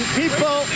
people